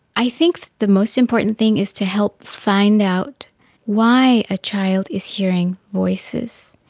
i think the most important thing is to help find out why a child is hearing voices,